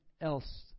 else